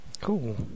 Cool